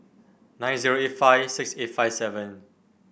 nine zero eight five six eight five seven